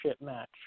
match